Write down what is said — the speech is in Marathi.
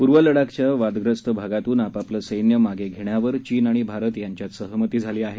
पूर्व लडाखघ्या वादग्रस्त भागातून आपापलं सैन्य मागे घेण्यावर घीन आणि भारत यांच्यात सहमती झाली आहे